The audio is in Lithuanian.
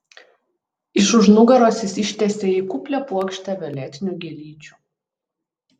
iš už nugaros jis ištiesė jai kuplią puokštę violetinių gėlyčių